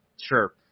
sure